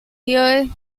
here